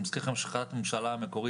אני מזכיר לכם שהחלטת הממשלה המקורית